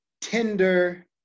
tender